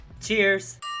Cheers